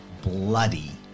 bloody